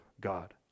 God